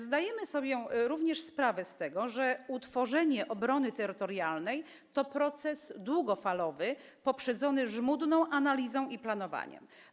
Zdajemy sobie również sprawę z tego, że utworzenie obrony terytorialnej to proces długofalowy, poprzedzony żmudną analizą i planowaniem.